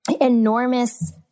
enormous